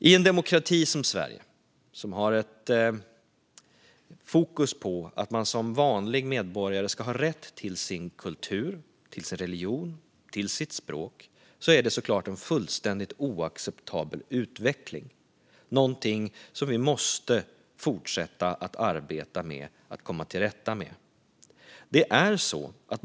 I en demokrati som Sverige, som har fokus på att man som vanlig medborgare ska ha rätt till sin kultur, sin religion och sitt språk, är detta såklart en fullständigt oacceptabel utveckling och någonting som vi måste fortsätta att arbeta för att komma till rätta med.